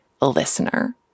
listener